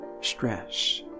Stress